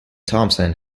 thomson